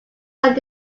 are